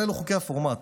אבל אלו חוקי הפורמט.